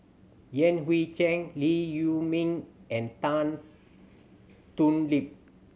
Yan Hui Chang Lee Huei Min and Tan Thoon Lip